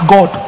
God